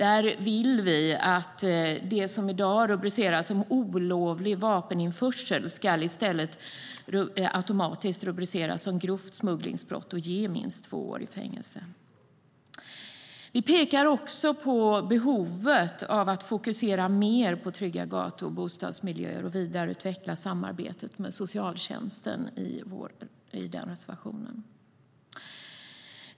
Vi vill att det som i dag rubriceras som olovlig vapeninförsel i stället automatiskt rubriceras som grovt smugglingsbrott med minst två års fängelse. Vi pekar också i reservationen på behovet av att fokusera mer på trygga gatu och bostadsmiljöer och vidareutveckla samarbetet med socialtjänsten.